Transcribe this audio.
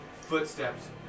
footsteps